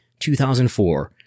2004